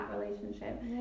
relationship